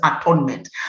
atonement